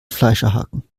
fleischerhaken